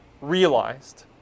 realized